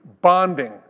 bonding